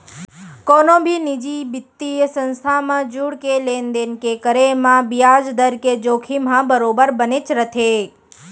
कोनो भी निजी बित्तीय संस्था म जुड़के लेन देन के करे म बियाज दर के जोखिम ह बरोबर बनेच रथे